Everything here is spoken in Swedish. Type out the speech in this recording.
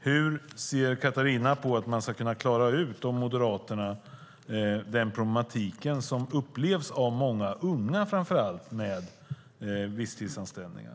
Hur ser Katarina på att Moderaterna ska kunna klara av den problematik som upplevs av framför allt många unga med visstidsanställningar?